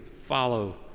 follow